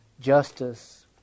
justice